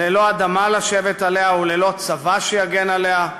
ללא אדמה לשבת עליה וללא צבא שיגן עליה,